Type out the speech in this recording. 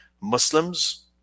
Muslims